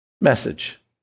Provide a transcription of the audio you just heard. message